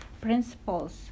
principles